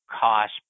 cost